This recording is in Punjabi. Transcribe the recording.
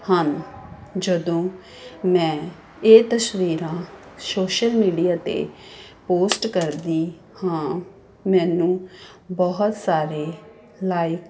ਹਨ ਜਦੋਂ ਮੈਂ ਇਹ ਤਸਵੀਰਾਂ ਸੋਸ਼ਲ ਮੀਡੀਆ 'ਤੇ ਪੋਸਟ ਕਰਦੀ ਹਾਂ ਮੈਨੂੰ ਬਹੁਤ ਸਾਰੇ ਲਾਈਕ